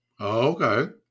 Okay